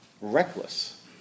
reckless